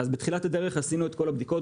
אז בתחילת הדרך עשינו את כל הבדיקות,